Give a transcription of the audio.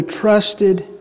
trusted